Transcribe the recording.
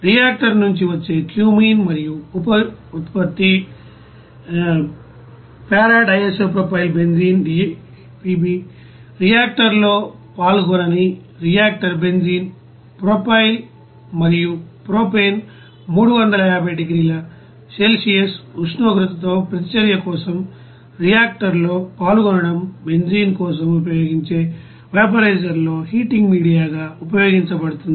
reactor నుండి వచ్చే cumene మరియు ఉపఉత్పత్తి పి DIPB రియాక్టర్లో పాల్గొనని రియాక్టర్ బెంజీన్ ప్రొపైల్ మరియు ప్రొపేన్ 350 డిగ్రీల సెల్సియస్ ఉష్ణోగ్రతతో ప్రతిచర్య కోసం రియాక్టర్లో పాల్గొనడం బెంజీన్ కోసం ఉపయోగించే వాపోరిజర్ లో హీటింగ్ మీడియా గా ఉపయోగించబడుతుంది